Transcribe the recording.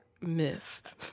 missed